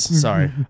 Sorry